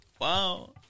Wow